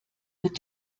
wird